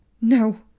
No